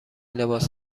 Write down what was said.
لباس